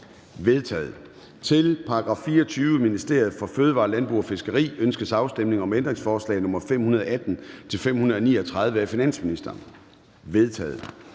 vedtaget. Til § 24. Ministeriet for Fødevarer, Landbrug og Fiskeri. Ønskes afstemning om ændringsforslag nr. 518-539 af finansministeren? De